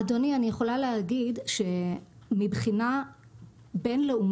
אדוני, אני יכולה להגיד שמבחינה בין-לאומית